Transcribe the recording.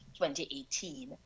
2018